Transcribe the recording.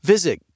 Visit